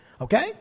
Okay